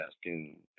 asking